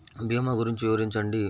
భీమా గురించి వివరించండి?